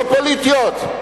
לא פוליטיות.